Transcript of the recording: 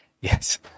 Yes